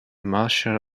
martial